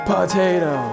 Potato